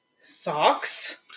Socks